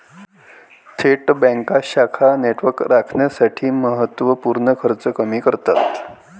थेट बँका शाखा नेटवर्क राखण्यासाठी महत्त्व पूर्ण खर्च कमी करतात